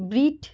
ব্রিট